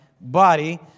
body